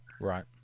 right